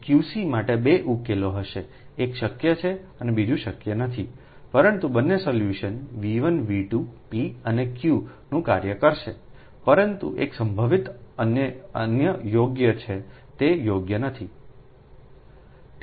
QC માટે બે ઉકેલો હશે એક શક્ય છે અને બીજું શક્ય નથી પરંતુ બંને સોલ્યુશનV1 V2 P અને Q નુંકાર્ય કરશે પરંતુ એક સંભવિત અન્ય યોગ્ય છે તે યોગ્ય નથી